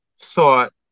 thought